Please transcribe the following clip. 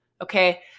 Okay